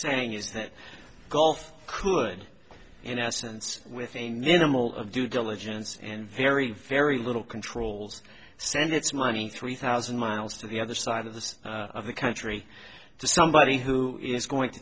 saying is that golf could in essence with a minimal of due diligence and very very little controls send its money three thousand miles to the other side of the country to somebody who is going to